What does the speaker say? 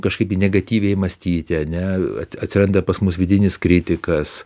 kažkaip negatyviai mąstyti ane atsiranda pas mus vidinis kritikas